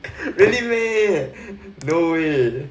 really meh no way